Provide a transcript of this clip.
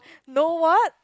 no what